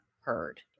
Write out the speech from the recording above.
heard